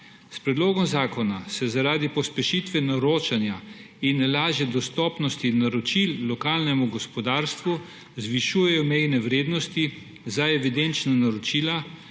predlogom zakona se zaradi pospešitve naročanja in lažje dostopnosti naročil lokalnemu gospodarstvu zvišujejo mejne vrednosti za evidenčna naročila,